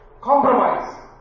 Compromise